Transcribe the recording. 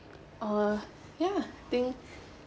uh ya I think